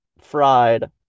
fried